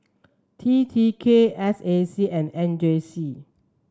T T K S A C and M J C